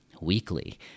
weekly